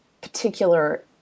particular